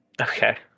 Okay